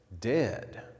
dead